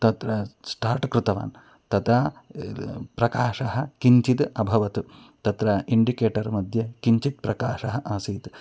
तत्र स्टार्ट् कृतवान् तदा प्रकाशः किञ्चिद् अभवत् तत्र इण्डिकेटर्मध्ये किञ्चित् प्रकाशः आसीत्